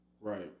Right